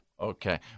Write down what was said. Okay